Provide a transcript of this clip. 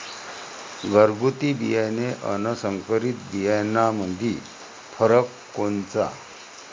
घरगुती बियाणे अन संकरीत बियाणामंदी फरक कोनचा?